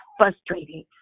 frustrating